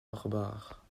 barbares